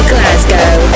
Glasgow